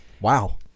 Wow